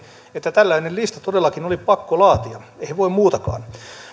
että tällainen lista todellakin oli pakko laatia eihän voinut muutakaan